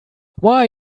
why